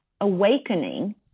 awakening